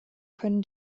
können